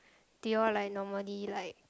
do you all like normally like